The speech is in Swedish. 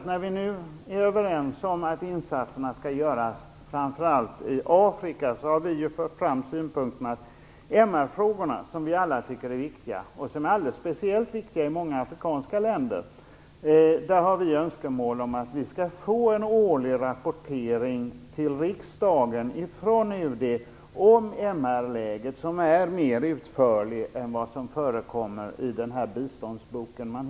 När vi nu är överens om att insatserna skall göras, framför allt i Afrika, har vi fört fram önskemålet att riksdagen skall få en årlig rapportering från UD om MR-läget - som vi alla tycker är viktigt, speciellt i många afrikanska länder - som är mer utförlig än vad som förekommer i biståndsboken.